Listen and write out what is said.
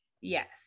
Yes